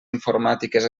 informàtiques